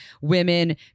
women